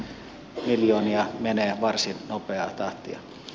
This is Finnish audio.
siellä miljoonia menee varsin nopeaa tahtia